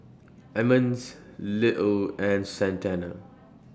Emmons Little and Santana